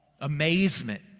amazement